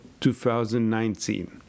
2019